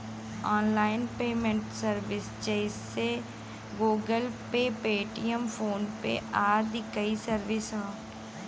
online payment service जइसे Google Pay, Paytm, PhonePe आदि कई सर्विस हौ